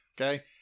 okay